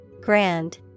Grand